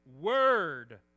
word